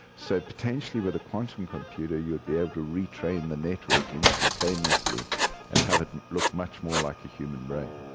so, potentially with a quantum computer you'd be able to retrain the network instantaneously and have it look much more like a human brain.